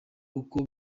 uko